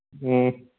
ꯎꯝ